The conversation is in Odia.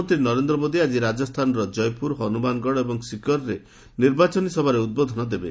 ପ୍ରଧାନମନ୍ତ୍ରୀ ନରେନ୍ଦ୍ର ମୋଦି ଆଜି ରାଜସ୍ଥାନର ଜୟପୁର ହନୁମାନଗଡ଼ ଏବଂ ଶିକର ନିର୍ବାଚନୀ ସଭାରେ ଉଦ୍ବୋଧନ ଦେବେ